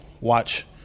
watch